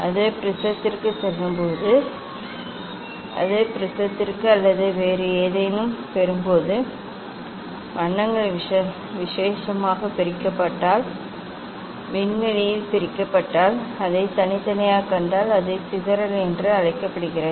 அது ப்ரிஸத்திற்கு செல்லும் போது அது ப்ரிஸத்திற்கு அல்லது வேறு ஏதேனும் பெறும்போது வண்ணங்கள் விசேஷமாக பிரிக்கப்பட்டால் வண்ணங்கள் விசேஷமாக விண்வெளியில் பிரிக்கப்பட்டால் அதை தனித்தனியாகக் கண்டால் அது சிதறல் என்று அழைக்கப்படுகிறது